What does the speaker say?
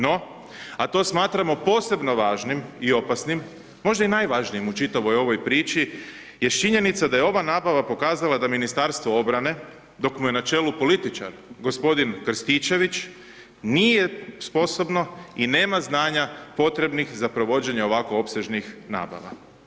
No, a to smatramo posebno važnim i opasnim, možda i najvažnijim u čitavoj ovoj priči, jest činjenica da je ova nabava pokazala da je Ministarstvo obrane, dok mu je na čelu političar, g. Krstičević, nije sposobno i nema znanja potrebnih za provođenje ovako opsežnih nabava.